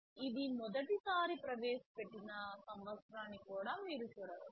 ఇది మొదటిసారి ప్రవేశపెట్టిన సంవత్సరాన్ని కూడా మీరు చూడవచ్చు